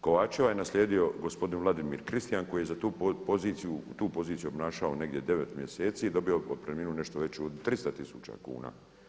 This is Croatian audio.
Kovačeva je naslijedio gospodin Vladimir Kristijan koji je za tu poziciju, tu poziciju obnašao negdje 9 mjeseci dobio otpremninu nešto veću od 300 tisuća kuna.